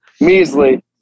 measly